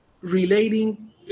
relating